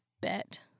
bet